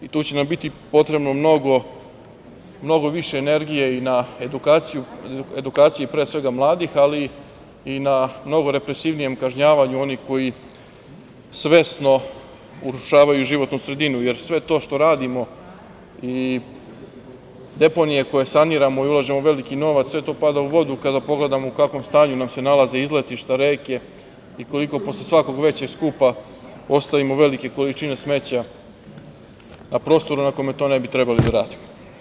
Tu će nam biti potrebno mnogo više energije i na edukaciji pre svega mladih, ali i na mnogo represivnijem kažnjavanju onih koji svesno urušavaju životnu sredinu, jer sve to što radimo i deponije koje saniramo i ulažemo veliki novac, sve to pada u vodu, kada pogledamo u kakvom stanju nam se nalaze izletišta i reke i koliko posle svakog većeg skupa, ostavimo velike količine smeća na prostoru na kome to ne bi trebalo da radimo.